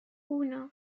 uno